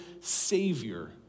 savior